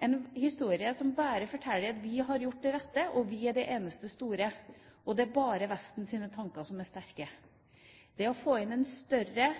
en historie som bare forteller at vi har gjort det rette, vi er de eneste store, og det er bare Vestens tanker som er sterke. Det å få inn en større